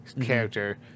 character